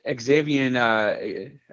Xavier